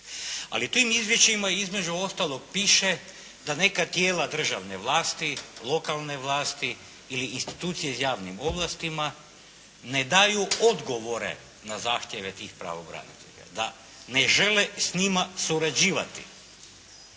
Ali u tim izvješćima između ostalog piše da neka tijela državne vlasti, lokalne vlasti ili institucije s javnim ovlastima ne daju odgovore na zahtjeve tih pravobranitelja da ne žele s njima surađivati